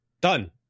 Done